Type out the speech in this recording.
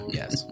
yes